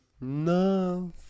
No